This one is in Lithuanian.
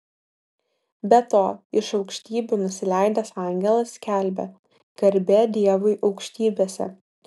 be to iš aukštybių nusileidęs angelas skelbia garbė dievui aukštybėse